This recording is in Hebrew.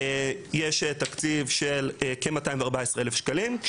יש תקציב של כ-214,000 שקלים.